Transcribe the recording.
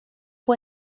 può